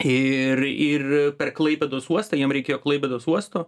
ir ir per klaipėdos uostą jiem reikėjo klaipėdos uosto